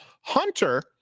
Hunter